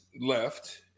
left